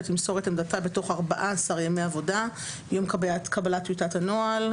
תמסור את עמדתה בתוך 14 ימי עבודה מיום קבלת טיוטת הנוהל,